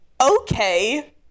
okay